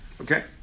okay